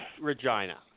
Regina